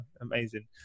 amazing